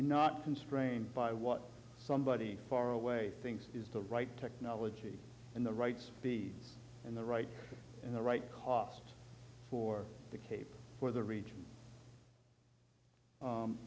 not constrained by what somebody far away things is the right technology in the rights fees and the right in the right cost for the cable for the region